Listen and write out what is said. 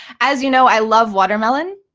as you know, i love watermelon.